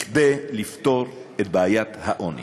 כדי לפתור את בעיית העוני.